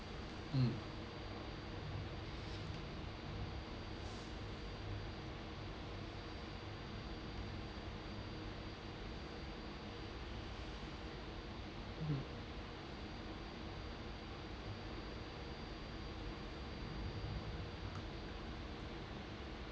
mm mmhmm